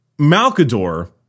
Malkador